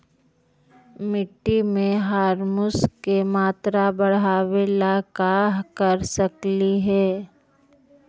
मिट्टी में ह्यूमस के मात्रा बढ़ावे ला का कर सकली हे?